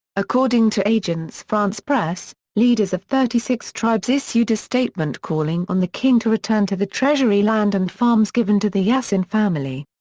according to agence france-presse, leaders of thirty six tribes issued a statement calling on the king to return to the treasury land and farms given to the yassin family.